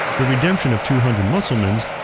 the redemption of two hundred mussulmans,